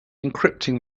encrypting